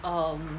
um